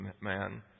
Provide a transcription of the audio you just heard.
man